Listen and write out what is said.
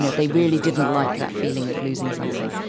they really didn't like that feeling of losing something.